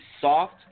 soft